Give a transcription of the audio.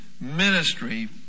ministry